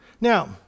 Now